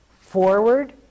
forward